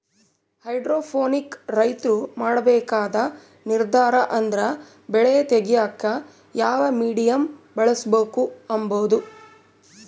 hydroponic ರೈತ್ರು ಮಾಡ್ಬೇಕಾದ ನಿರ್ದಾರ ಅಂದ್ರ ಬೆಳೆ ತೆಗ್ಯೇಕ ಯಾವ ಮೀಡಿಯಮ್ ಬಳುಸ್ಬಕು ಅಂಬದು